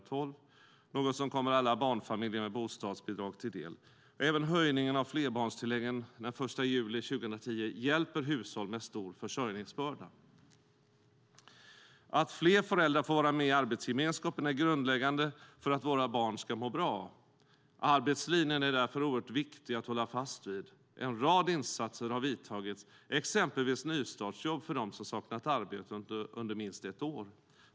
Det är något som kommer alla barnfamiljer som får bostadsbidrag till del. Även höjningen av flerbarnstilläggen den 1 juli 2010 hjälper hushåll med stor försörjningsbörda. Att fler föräldrar får vara med i arbetsgemenskapen är grundläggande för att våra barn ska må bra. Arbetslinjen är därför oerhört viktig att hålla fast vid. En rad insatser har vidtagits, exempelvis nystartsjobb för dem som saknat arbete under minst ett år.